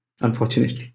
unfortunately